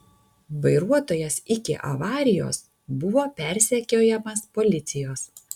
vairuotojas iki avarijos buvo persekiojamas policijos